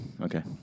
okay